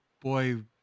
Boy